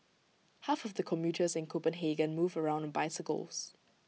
half of the commuters in Copenhagen move around on bicycles